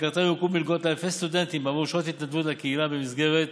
שבמסגרתה יוענקו מלגות לאלפי סטודנטים בעבור שעות התנדבות לקהילה במסגרת